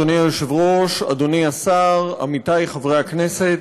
אדוני היושב-ראש, אדוני השר, עמיתי חברי הכנסת,